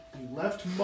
left